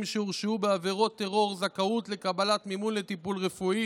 שהורשעו בעבירות טרור זכאות לקבלת מימון לטיפול רפואי